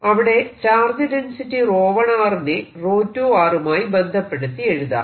ഇവിടെ charge density 𝜌1 നെ 𝜌2 മായി ബന്ധപ്പെടുത്തി എഴുതാം